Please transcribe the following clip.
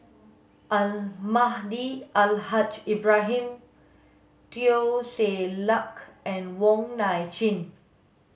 Almahdi Al Haj Ibrahim Teo Ser Luck and Wong Nai Chin